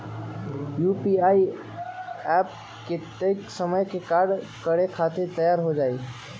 UPI app कतेइक समय मे कार्य करे खातीर तैयार हो जाई?